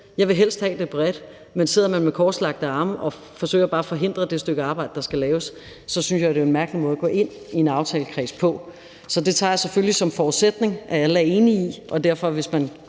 Jeg vil helst have, det er bredt, men sidder man med korslagte arme og bare forsøger at forhindre det stykke arbejde, der skal laves, synes jeg, det er en mærkelig måde at gå ind i en aftalekreds på. Så det tager jeg selvfølgelig som forudsætning at alle er enige i, og at man derfor, hvis man